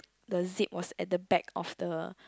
the zip was at the back of the